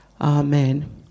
Amen